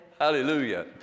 Hallelujah